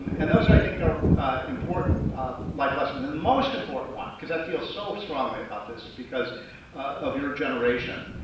and those are, i think are important life lessons. and the most important one, because i feel so strongly about this because of your generation,